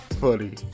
funny